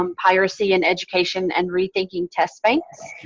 um piracy and education and rethinking test links.